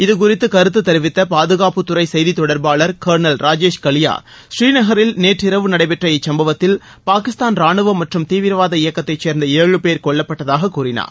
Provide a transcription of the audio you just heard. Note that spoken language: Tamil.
இதுகுறித்து கருத்து தெரிவித்த பாதுகாப்புத்துறை செய்தித் தொடர்பாளர் கர்னல் ராஜேஷ் கலியா ஸ்ரீநகரில் நேற்று இரவு நடைபெற்ற இச்சம்பவத்தில் பாகிஸ்தான் ரானுவம் மற்றும் தீவிரவாத இயக்கத்தைச் சேர்ந்த ஏழு பேர் கொல்லப்பட்டதாக கூறினார்